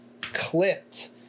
clipped